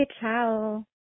Ciao